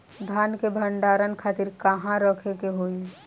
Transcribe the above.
धान के भंडारन खातिर कहाँरखे के होई?